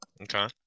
Okay